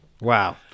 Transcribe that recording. Wow